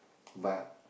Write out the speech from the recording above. but